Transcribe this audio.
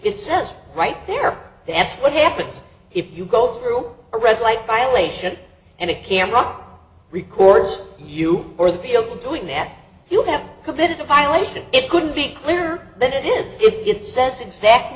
it says right there that's what happens if you go through a red light violation and a camera records you or the field doing that you have committed a violation it could be clear that it is it says exactly